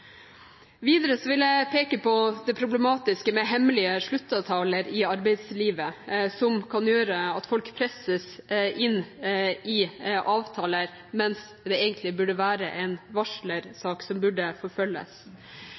Videre vil jeg peke på det problematiske med hemmelige sluttavtaler i arbeidslivet, som kan gjøre at folk presses inn i avtaler, mens det egentlig burde være en varslersak som burde forfølges.